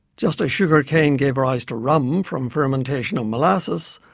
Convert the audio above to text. just as sugar cane gave rise to rum, from fermentation of molasses,